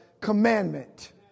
commandment